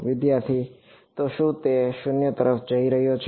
વિદ્યાર્થી તો શું તે r 0 તરફ જઈ રહ્યો છે